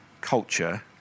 culture